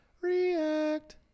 react